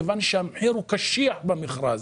כיוון שהמחיר הוא קשיח במכרז,